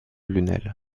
lunel